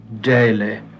daily